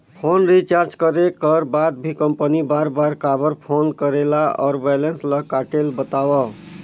Phone recharge करे कर बाद भी कंपनी बार बार काबर फोन करेला और बैलेंस ल काटेल बतावव?